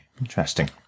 Interesting